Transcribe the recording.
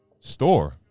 store